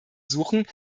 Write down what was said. suchen